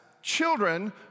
children